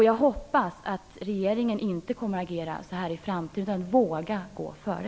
Jag hoppas att regeringen inte kommer att agera så här i framtiden utan våga gå före!